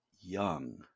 young